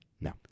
No